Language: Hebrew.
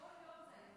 כל יום זה היום,